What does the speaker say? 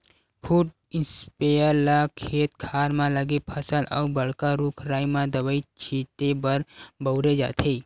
foot sprayer ल खेत खार म लगे फसल अउ बड़का रूख राई म दवई छिते बर बउरे जाथे